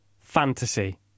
fantasy